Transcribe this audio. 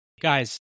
Guys